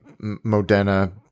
Modena